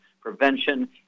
Prevention